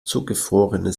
zugefrorene